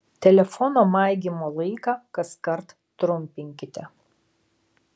telefono maigymo laiką kaskart trumpinkite